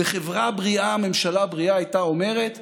בחברה בריאה, הממשלה הבריאה הייתה אומרת: